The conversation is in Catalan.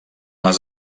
les